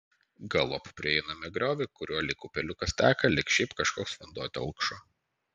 galop prieiname griovį kuriuo lyg upeliukas teka lyg šiaip kažkoks vanduo telkšo